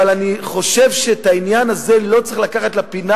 אבל אני חושב שאת העניין הזה לא צריך לקחת לפינה